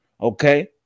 Okay